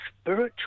spiritual